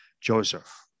Joseph